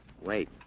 Wait